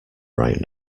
right